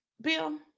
Bill